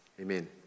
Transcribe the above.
Amen